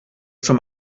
zum